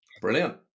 Brilliant